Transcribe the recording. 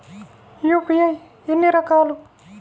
UPI ఎన్ని రకాలు?